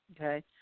Okay